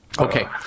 Okay